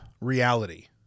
reality